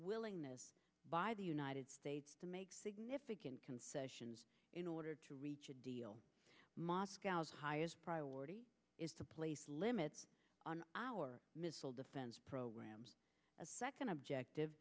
willingness by the united states to make significant concessions in order to reach a deal moscow's highest priority is to place limits on our missile defense programs a second objective